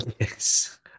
Yes